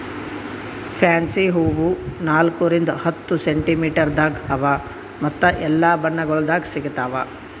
fancy ಹೂವು ನಾಲ್ಕು ರಿಂದ್ ಹತ್ತು ಸೆಂಟಿಮೀಟರದಾಗ್ ಅವಾ ಮತ್ತ ಎಲ್ಲಾ ಬಣ್ಣಗೊಳ್ದಾಗ್ ಸಿಗತಾವ್